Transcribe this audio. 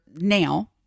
now